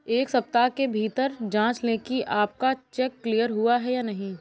एक सप्ताह के भीतर जांच लें कि आपका चेक क्लियर हुआ है या नहीं